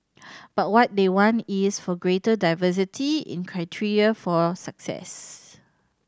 but what they want is for greater diversity in criteria for success